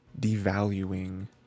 devaluing